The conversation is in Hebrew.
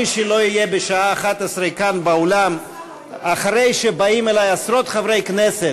מי שלא יהיה בשעה 11:00 כאן באולם אחרי שבאים אלי עשרות חברי כנסת